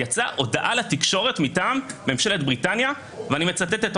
יצאה הודעה לתקשורת מטעם ממשלת בריטניה ואני מצטט: